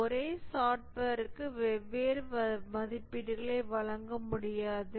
ஒரே சாப்ட்வேர்க்கு வெவ்வேறு மதிப்பீடுகளை வழங்க முடியாது